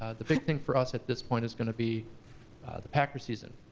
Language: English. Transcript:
ah the big thing for us at this point is gonna be the packer season.